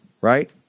Right